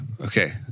Okay